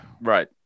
Right